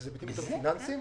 שזה --- הפיננסים,